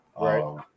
Right